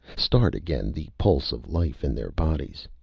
start again the pulse of life in their bodies.